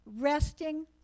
Resting